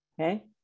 okay